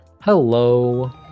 Hello